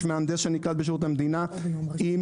יש מהנדס שנקלט בשירות המדינה עם